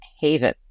haven